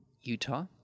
Utah